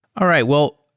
all right. well,